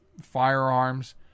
firearms